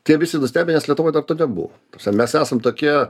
tai jie visi nustebę nes lietuvoj dar to nebuvo kaip sakant mes esam tokie